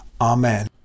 Amen